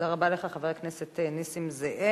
תודה רבה לך, חבר הכנסת נסים זאב.